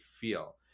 feel